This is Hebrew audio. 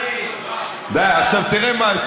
לא, נו.